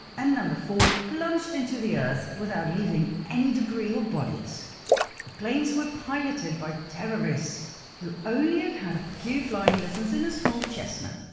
and number four plunged into the earth without leaving any debris or bodies the planes were piloted by terrorists who only had had a few flying lessons in a small cessna